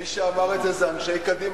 מי שאמר את זה זה אנשי קדימה,